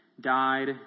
died